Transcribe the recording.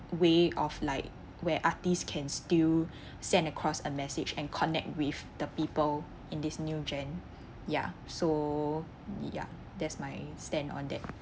way of like where artists can still send across a message and connect with the people in this new gen ya so ya that's my stand on that